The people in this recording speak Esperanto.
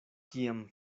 kiam